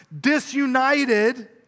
disunited